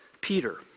Peter